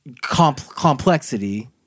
complexity